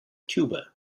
cuba